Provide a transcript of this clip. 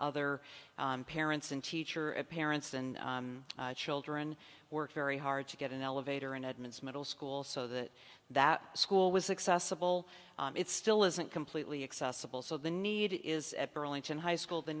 other parents and teacher and parents and children worked very hard to get an elevator in edmond's middle school so that that school was accessible it still isn't completely accessible so the need is at burlington high school the